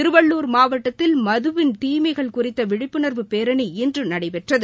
திருவள்ளுர் மாவட்டத்தில் மதுவின் தீமைகள் குறித்த விழிப்புணர்வு பேரணி இன்று நடைபெற்றது